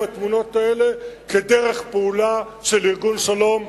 התמונות האלה כדרך פעולה של ארגון שלום,